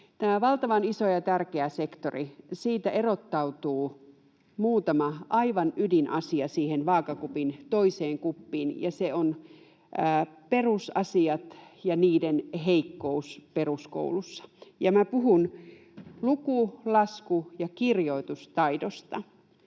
Tämä on valtavan iso ja tärkeä sektori. Siitä erottautuu muutama aivan ydinasia siihen vaakakupin toiseen kuppiin, ja ne ovat perusasiat ja niiden heikkous peruskoulussa. Minä puhun luku-, lasku- ja kirjoitustaidosta.